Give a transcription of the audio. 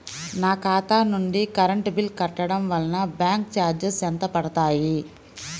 నా ఖాతా నుండి కరెంట్ బిల్ కట్టడం వలన బ్యాంకు చార్జెస్ ఎంత పడతాయా?